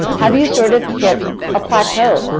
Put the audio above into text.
have you sort of hit a plateau?